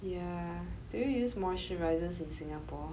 yeah do you use moisturizers in singapore